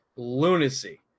lunacy